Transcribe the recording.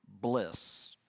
bliss